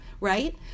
right